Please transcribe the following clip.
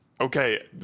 okay